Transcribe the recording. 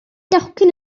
docyn